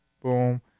boom